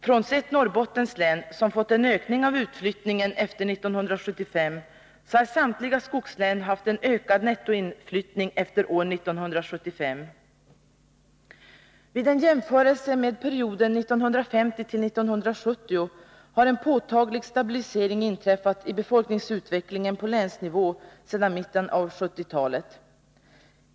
Frånsett Norrbottens län — som fått en ökning av utflyttningen efter 1975 — har samtliga skogslän haft en ökad nettoinflyttning efter år 1975. Vid en jämförelse med perioden 1950-1970 framgår att en påtaglig stabilisering har inträffat i befolkningsutvecklingen på länsnivå sedan mitten av 1970-talet.